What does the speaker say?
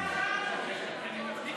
הרשימה המשותפת